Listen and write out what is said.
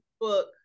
book